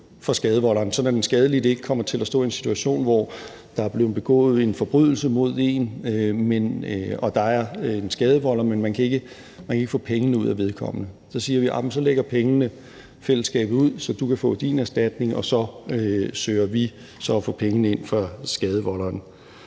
for skadevolderen, sådan at den skadelidte ikke kommer til at stå i en situation, hvor der er blevet begået en forbrydelse mod en, og der er en skadevolder, men man kan ikke få pengene ud af vedkommende. Så siger vi: Jamen så lægger fællesskabet pengene ud, så du kan få din erstatning, og så søger vi at få pengene ind fra skadevolderen.